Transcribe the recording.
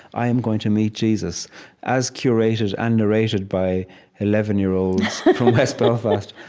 i'm going to meet jesus as curated and narrated by eleven year olds from west belfast.